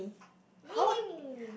how it